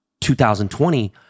2020